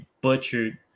butchered